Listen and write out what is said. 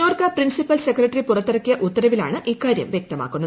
Norka principal secretary പുറത്തിറക്കിയ ഉത്തരവിലാണ് ഇക്കാര്യം വ്യക്തമാക്കുന്നത്